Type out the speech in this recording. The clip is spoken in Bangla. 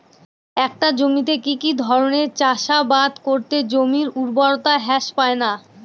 একটা জমিতে কি কি ধরনের চাষাবাদ করলে জমির উর্বরতা হ্রাস পায়না?